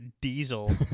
diesel